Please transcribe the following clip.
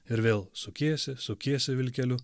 ir vėl sukiesi sukiesi vilkeliu